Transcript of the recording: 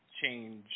change